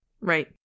Right